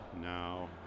now